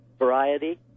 variety